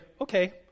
okay